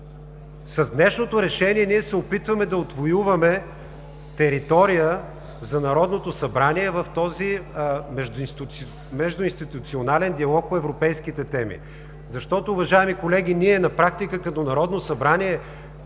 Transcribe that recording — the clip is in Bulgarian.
С днешното решение ние се опитваме да отвоюваме територия за Народното събрание в този междуинституционален диалог по европейските теми. Защото, уважаеми колеги, ние на практика като Народно събрание